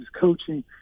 coaching